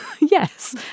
Yes